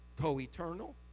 co-eternal